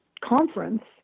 conference